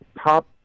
top